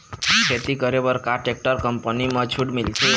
खेती करे बर का टेक्टर कंपनी म छूट मिलथे?